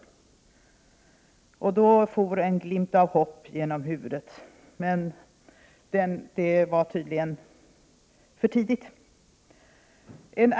Då uppfattade jag en glimt av hopp. Men det var tydligen för tidigt.